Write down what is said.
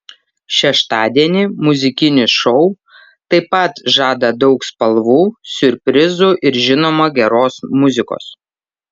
šeštadienį muzikinis šou taip pat žada daug spalvų siurprizų ir žinoma geros muzikos